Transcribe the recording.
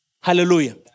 Hallelujah